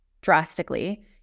drastically